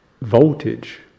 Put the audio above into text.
voltage